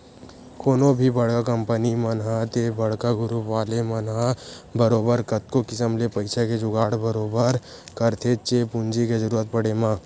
कोनो भी बड़का कंपनी मन ह ते बड़का गुरूप वाले मन ह बरोबर कतको किसम ले पइसा के जुगाड़ बरोबर करथेच्चे पूंजी के जरुरत पड़े म